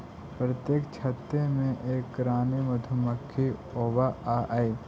प्रत्येक छत्ते में एक रानी मधुमक्खी होवअ हई